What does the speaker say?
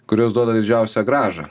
kurios duoda didžiausią grąžą